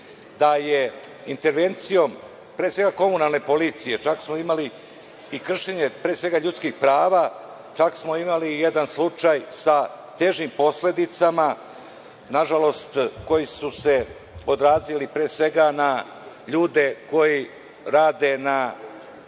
da je intervencijom, pre svega, komunalne policije, čak smo imali i kršenje ljudskih prava, čak smo imali jedan slučaj sa težim posledicama, nažalost, koje su se odrazile pre svega na ljude koji rade ili